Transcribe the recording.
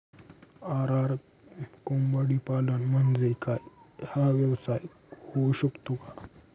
RR कोंबडीपालन म्हणजे काय? हा व्यवसाय होऊ शकतो का?